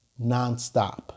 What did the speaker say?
nonstop